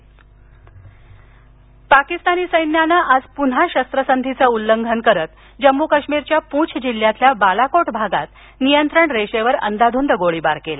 काश्मीर पाकिस्तानी सैन्यान आज पुन्हा शस्त्रसंधीच उल्लंघन करीत जम्मू काश्मीरच्या पूछ जिल्ह्यातील बालाकोट भागात नियंत्रण रेषेवर अंदाधुंद गोळीबार केला